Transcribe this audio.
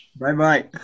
Bye-bye